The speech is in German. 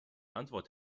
antwort